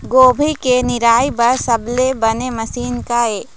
गोभी के निराई बर सबले बने मशीन का ये?